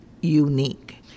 unique